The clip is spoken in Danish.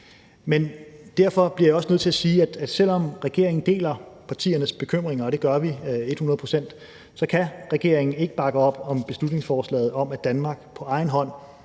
Men derfor bliver jeg også nødt til at sige, at selv om regeringen deler partiernes bekymringer, og det gør vi et hundrede procent, så kan regeringen ikke bakke op om beslutningsforslaget om, at Danmark på egen hånd